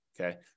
Okay